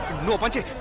nobody